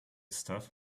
stuff